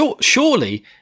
Surely